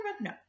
no